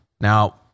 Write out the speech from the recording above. Now